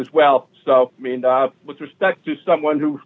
as well so i mean with respect to someone who